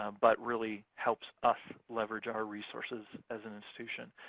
um but really helps us leverage our resources as an institution.